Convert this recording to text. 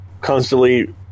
constantly